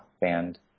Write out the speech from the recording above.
band